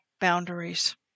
boundaries